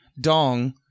dong